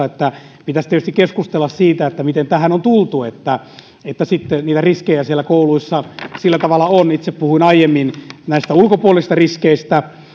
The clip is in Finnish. että pitäisi tietysti keskustella siitä miten tähän on tultu että että niitä riskejä kouluissa sillä tavalla on itse puhuin aiemmin näistä ulkopuolisista riskeistä